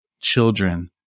children